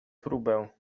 próbę